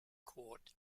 court